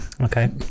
Okay